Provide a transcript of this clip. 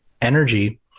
energy